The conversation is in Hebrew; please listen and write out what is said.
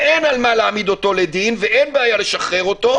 אין על מה להעמיד אותו לדין ואין בעיה לשחרר אותו,